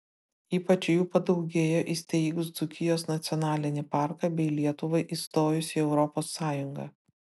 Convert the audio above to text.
ypač jų padaugėjo įsteigus dzūkijos nacionalinį parką bei lietuvai įstojus į europos sąjungą